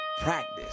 practice